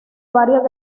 varios